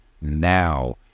now